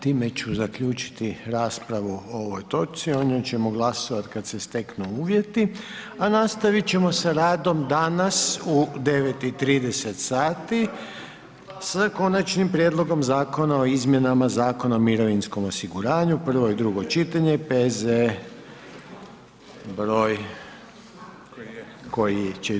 Time ću zaključiti raspravu o ovoj točci, o njoj ćemo glasovat kad se steknu uvjeti, a nastavit ćemo sa radom danas u 9,30 sati sa Konačnim prijedlogom Zakona o izmjenama Zakona o mirovinskom osiguranju, prvo i drugo čitanje P.Z. br. koji će biti.